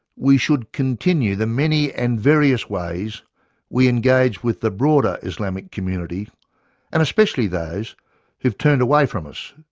we should continue the many and various ways we engage with the broader islamic community and especially those who have turned away from us,